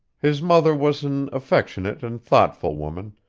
his mother was an affectionate and thoughtful woman,